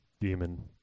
demon